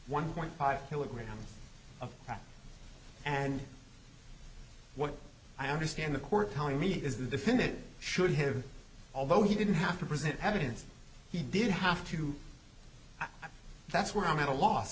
one point five kilograms of and what i understand the court telling me is the defendant should have although he didn't have to present evidence he did have to that's where i'm at a loss